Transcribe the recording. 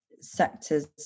sectors